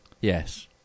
Yes